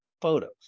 photos